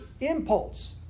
impulse